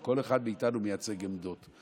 כל אחד מאיתנו מייצג עמדות.